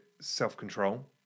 self-control